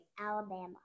Alabama